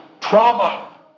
trauma